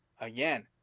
again